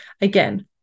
again